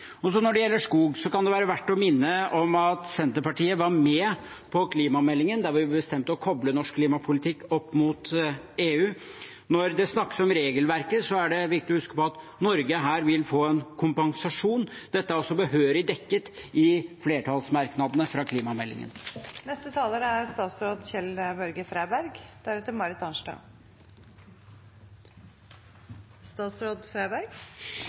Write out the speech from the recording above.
bli så store at man mister CO2-avgiften som et klimavirkemiddel. Når det gjelder skog, kan det være verdt å minne om at Senterpartiet var med på klimameldingen hvor vi bestemte å koble norsk klimapolitikk opp mot EU. Når det snakkes om regelverket, er det viktig å huske på at Norge her vil få en kompensasjon. Dette er også behørig dekket i